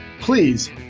Please